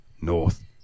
North